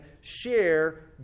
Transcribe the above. share